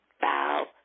bow